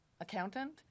accountant